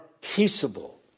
peaceable